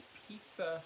pizza